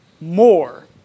more